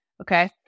Okay